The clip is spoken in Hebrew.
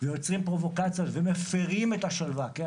יוצרים פרובוקציות ומפירים את השלווה, כן?